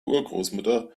urgroßmutter